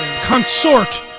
Consort